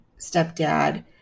stepdad